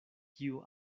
kiu